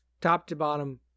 top-to-bottom